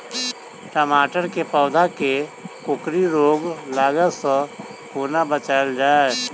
टमाटर केँ पौधा केँ कोकरी रोग लागै सऽ कोना बचाएल जाएँ?